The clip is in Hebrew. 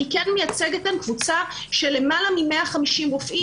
אני כן מייצגת כאן קבוצה של למעלה מ-150 רופאים.